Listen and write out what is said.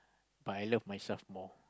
but I love myself more